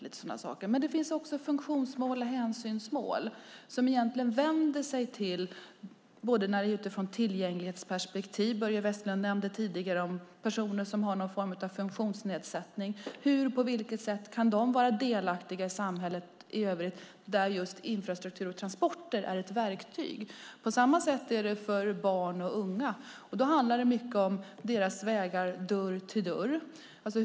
Det finns också funktionsmål och hänsynsmål. Det handlar om tillgänglighet. Börje Vestlund nämnde personer som har någon form av funktionsnedsättning. Hur kan infrastruktur och transporter vara ett verktyg för att de ska kunna vara delaktiga i samhället? När det gäller barn och unga handlar det om hur de tar sig från dörr till dörr.